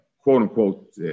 quote-unquote